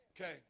Okay